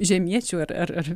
žemiečių ar ar ar